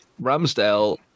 Ramsdale